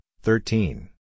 thirteen